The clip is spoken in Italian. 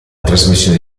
trasmissione